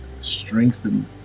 Strengthen